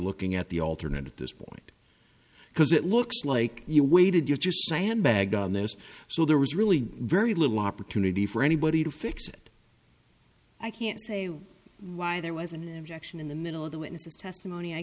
looking at the alternate at this point because it looks like you waited you just sandbagged on this so there was really very little opportunity for anybody to fix it i can't say why there was an objection in the middle of the witness's testimony i